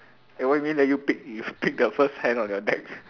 eh what you mean let you pick you pick the first hand on your deck